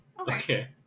Okay